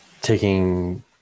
taking